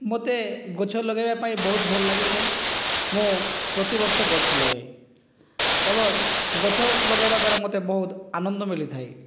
ମୋତେ ଗଛ ଲଗାଇବା ପାଇଁ ବହୁତ ଭଲ ଲାଗିଥାଏ ମୁଁ ପ୍ରତି ବର୍ଷ ଗଛ ଲଗାଏ ଏବଂ ଗଛ ଲଗାଇବା ଦ୍ଵାରା ମୋତେ ବହୁତ ଆନନ୍ଦ ମିଲିଥାଏ